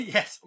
Yes